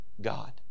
God